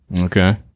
Okay